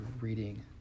reading